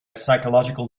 psychological